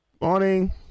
Morning